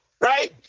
right